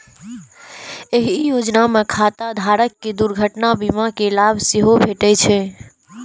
एहि योजना मे खाता धारक कें दुर्घटना बीमा के लाभ सेहो भेटै छै